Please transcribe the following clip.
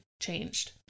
changed